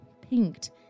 pinked